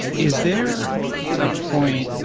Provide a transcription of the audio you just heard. is there a point